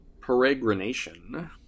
peregrination